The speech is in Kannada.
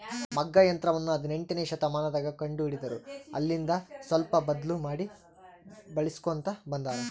ಮಗ್ಗ ಯಂತ್ರವನ್ನ ಹದಿನೆಂಟನೆಯ ಶತಮಾನದಗ ಕಂಡು ಹಿಡಿದರು ಅಲ್ಲೆಲಿಂದ ಸ್ವಲ್ಪ ಬದ್ಲು ಮಾಡಿ ಬಳಿಸ್ಕೊಂತ ಬಂದಾರ